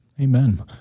Amen